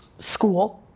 school,